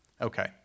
Okay